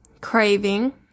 craving